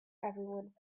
everyone